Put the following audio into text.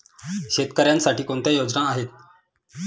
शेतकऱ्यांसाठी कोणत्या योजना आहेत?